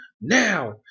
now